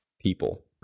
people